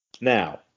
Now